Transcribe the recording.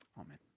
amen